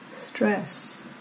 stress